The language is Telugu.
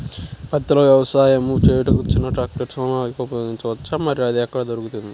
పత్తిలో వ్యవసాయము చేయుటకు చిన్న ట్రాక్టర్ సోనాలిక ఉపయోగించవచ్చా మరియు అది ఎక్కడ దొరుకుతుంది?